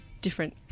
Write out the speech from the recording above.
different